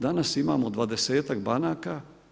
Danas imamo dvadesetak banaka.